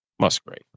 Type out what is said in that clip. Musgrave